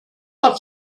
hat